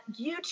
youtube